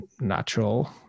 natural